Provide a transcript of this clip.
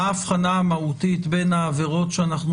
מה היא האבחנה המהותית בין העבירות שאנחנו